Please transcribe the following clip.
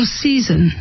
season